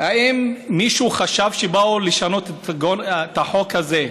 האם מישהו חשב, כשבאו לשנות את החוק הזה,